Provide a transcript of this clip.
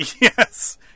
yes